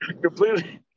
completely